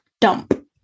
dump